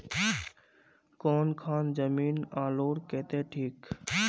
कौन खान जमीन आलूर केते ठिक?